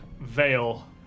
veil